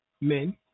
men